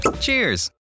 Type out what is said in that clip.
cheers